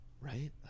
Right